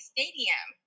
Stadium